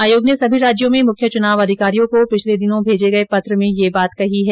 आयोग ने सभी राज्यों में मुख्य चुनाव अधिकारियों को पिछले दिनों भेजे गए पत्र में यह बात कही है